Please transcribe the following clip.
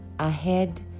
ahead